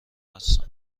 هستم